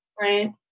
Right